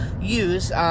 use –